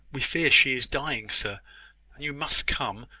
we fear she is dying, sir and you must come,